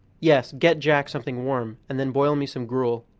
yes get jack something warm, and then boil me some gruel.